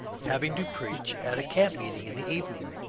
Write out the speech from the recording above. having to preach at a camp-meeting in the evening.